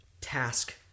task